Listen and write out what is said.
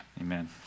amen